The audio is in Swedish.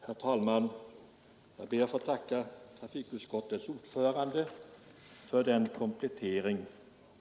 Herr talman! Jag ber att få tacka trafikutskottets ordförande för denna komplettering.